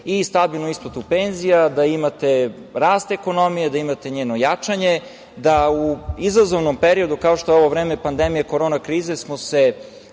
i stabilnu isplatu penzija, da imate rast ekonomije, da imate njeno jačanje, da u izazovnom periodu kao što je ovo vreme pandemije korona krize smo se